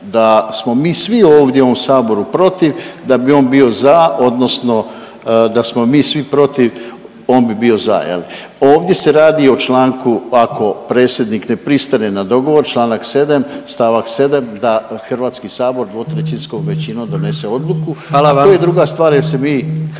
da smo mi svi ovdje u ovom Saboru protiv, da bi on bio za odnosno da smo i svi protiv, on bi bio za, je li. Ovdje se radi o članku, ako predsjednik ne pristane na dogovor, čl. 7 st. 7 da HS dvotrećinskom većinom donese odluku, to je druga .../Upadica: Hvala vam./...